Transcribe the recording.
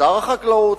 שר החקלאות,